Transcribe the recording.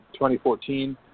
2014